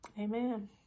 amen